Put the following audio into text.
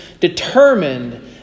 determined